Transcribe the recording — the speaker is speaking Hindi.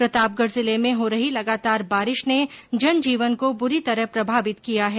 प्रतापगढ़ जिले में हो रही लगातार बारिश ने जनजीवन को बुरी तरह प्रभावित किया है